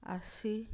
ଅଶୀ